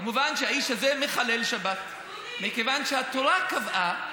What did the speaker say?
כמובן שהאיש הזה מחלל שבת, מכיוון שהתורה קבעה